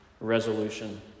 resolution